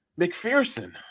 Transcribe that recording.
McPherson